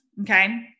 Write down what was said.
okay